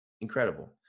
incredible